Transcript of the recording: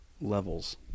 levels